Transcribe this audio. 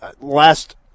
last